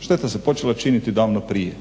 Šteta se počela činiti davno prije